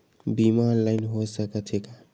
बीमा ऑनलाइन हो सकत हे का?